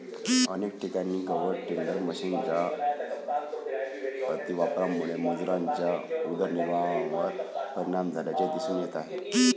अनेक ठिकाणी गवत टेडर मशिनच्या अतिवापरामुळे मजुरांच्या उदरनिर्वाहावर परिणाम झाल्याचे दिसून येत आहे